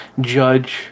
judge